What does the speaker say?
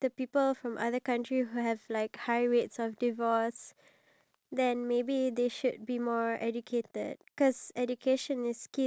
me I'll be like um can you give me for ten dollars and then they'll be like no cannot because it's the last price then I'll probably be like